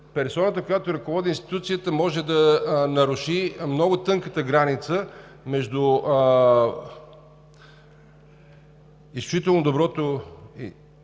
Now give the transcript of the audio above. персоната, която ръководи институцията, може да наруши много тънката граница между изключително доброто